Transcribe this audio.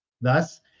thus